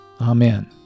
Amen